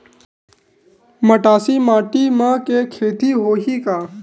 मटासी माटी म के खेती होही का?